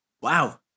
Wow